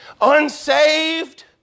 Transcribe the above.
Unsaved